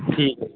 ਠੀਕ ਹੈ ਜੀ